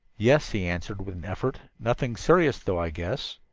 yes, he answered with an effort. nothing serious, though, i guess.